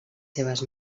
seves